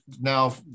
now